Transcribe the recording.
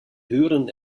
höheren